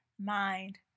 mind